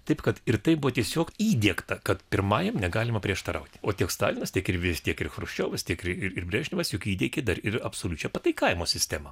taip kad ir tai buvo tiesiog įdiegta kad pirmajam negalima prieštarauti o tiek stalinas tiek ir vis tiek ir chruščiovas tiek ir brežnevas juk įteigė dar ir absoliučią pataikavimo sistemą